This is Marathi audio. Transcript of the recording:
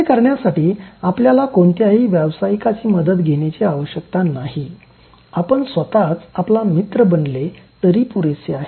हे करण्यासाठी आपल्याला कोणत्याही व्यावसायिकाची मदत घेण्याची आवश्यकता नाही आपण स्वतच आपला मित्र बनले तरी पुरेसे आहे